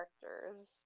characters